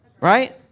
Right